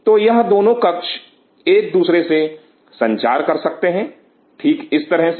तो यह दोनों कक्ष एक दूसरे से संचार कर सकते हैं ठीक इस तरह से